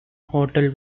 hotel